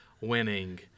winning